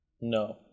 No